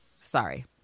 Sorry